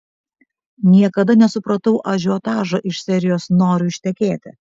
niekada nesupratau ažiotažo iš serijos noriu ištekėti